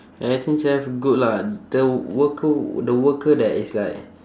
at eighteen chef good lah the worker the worker that is like